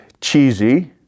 cheesy